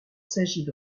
sajid